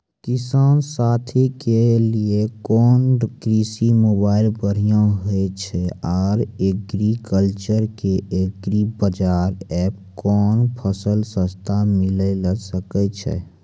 किसान साथी के लिए कोन कृषि मोबाइल बढ़िया होय छै आर एग्रीकल्चर के एग्रीबाजार एप कोन फसल सस्ता मिलैल सकै छै?